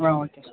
ah okay sir